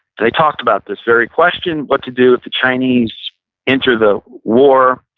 they talked about this very question, what to do if the chinese entered the war.